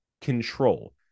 control